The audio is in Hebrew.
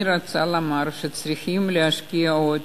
אני רוצה לומר שצריכים להשקיע עוד